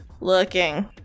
looking